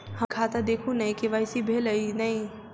हम्मर खाता देखू नै के.वाई.सी भेल अई नै?